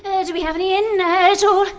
ah do we have any in, at all?